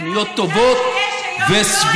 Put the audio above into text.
כתוכניות טובות וסבירות.